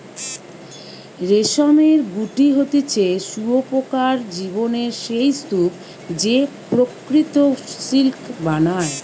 রেশমের গুটি হতিছে শুঁয়োপোকার জীবনের সেই স্তুপ যে প্রকৃত সিল্ক বানায়